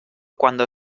cuando